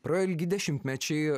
praėjo ilgi dešimtmečiai